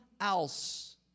else